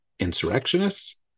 insurrectionists